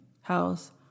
House